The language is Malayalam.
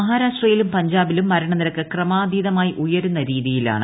മഹാരാഷ്ട്രയിലും പഞ്ചാ്ബിലും മരണനിരക്ക് ക്രമാതീതമായി ഉയർന്ന രീതിയിലാണ്